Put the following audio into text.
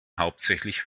hauptsächlich